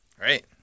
Right